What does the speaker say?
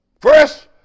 First